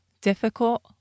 difficult